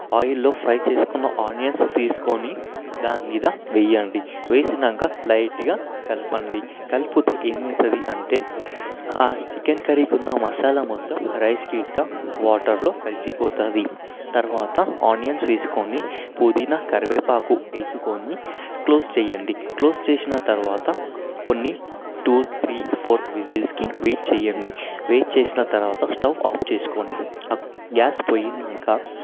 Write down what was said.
ఆయిల్లో ఫ్రై చేసుకున్న ఆనియన్స్ తీసుకొని దాని మీద వేయండి వేసాక లైట్గా కలపండి కలిపితే ఏమవుతుంది అంటే ఆ చికెన్ కర్రీకి ఉన్న మసాలా మొత్తం రైస్ గిట్ల వాటర్లో కలిసిపోతుంది తరువాత ఆనియన్స్ వేసుకొని పుదీనా కరివేపాకు వేసుకొని క్లోజ్ చేయండి క్లోజ్ చేసిన తరువాత కొన్ని టు త్రీ ఫోర్ విజిల్స్కి వెయిట్ చేయండి వెయిట్ చేసిన తరువాత స్టవ్ ఆఫ్ చేసుకొని గ్యాస్ పోయాక